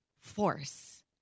force